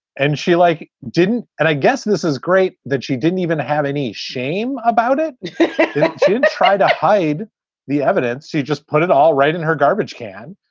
and she, like, didn't. and i guess this is great that she didn't even have any shame about it to to try to hide the evidence. you just put it all right in her garbage can.